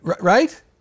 Right